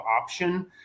option